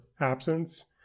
absence